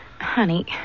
Honey